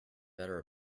better